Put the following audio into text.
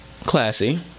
Classy